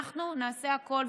אנחנו נעשה הכול,